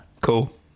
Cool